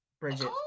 Bridget